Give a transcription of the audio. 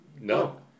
No